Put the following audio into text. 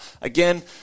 Again